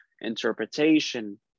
interpretation